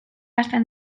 hasten